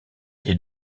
est